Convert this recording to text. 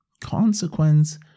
consequence